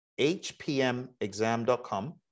hpmexam.com